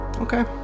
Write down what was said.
Okay